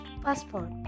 passport